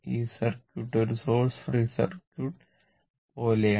ഈ സർക്യൂട്ട് ഒരു source free circuit പോലെയാണ്